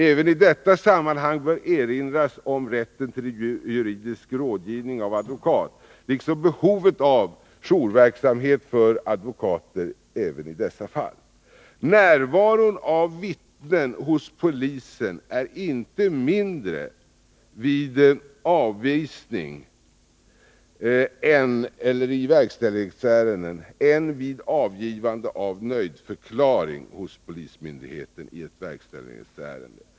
Även ii detta sammanhang bör det erinras om rätten till juridisk rådgivning av advokat, liksom om behovet av att en jourverksamhet för advokater även i sådana här fall införs. Närvaron av vittnen hos polisen är inte mindre angelägen i avvisningseller verkställighetsärenden innan offentligt biträde kan förordnas än vid avgivande av nöjdförklaring hos polismyndigheten i ett verkställighetsärende.